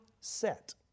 set